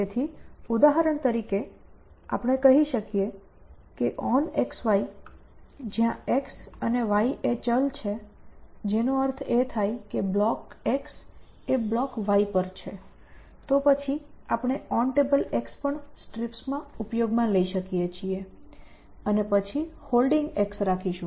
તેથી ઉદાહરણ તરીકે આપણે કહી શકીએ કે OnXY જ્યાં X અને Y એ ચલ છે કે જેનો અર્થ એ થાય કે બ્લોક X એ બ્લોક Y પર છે તો પછી આપણે OnTable પણ STRIPSમાં ઉપયોગમાં લઈ શકીએ છીએ અને પછી Holding રાખીશું